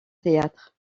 théâtre